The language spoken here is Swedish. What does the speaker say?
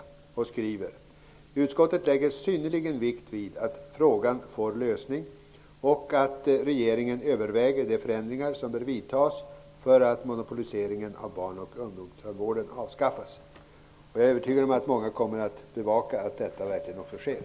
Utskottet skriver: ''Utskottet lägger synnerlig vikt vid att denna fråga får en lösning och att man inom regeringskansliet överväger de förändringar som kan anses nödvändiga för att monopoliseringen av barn och ungdomstandvården avskaffas.'' Jag är övertygad om att många kommer att bevaka att detta verkligen också sker.